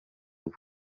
ubu